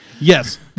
Yes